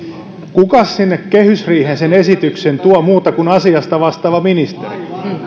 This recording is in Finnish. kukas sinne kehysriiheen sen esityksen tuo muuta kuin asiasta vastaava ministeri